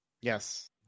Yes